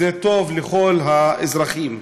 זה טוב לכל האזרחים.